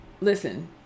Listen